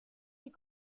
des